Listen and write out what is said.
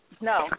No